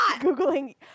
Googling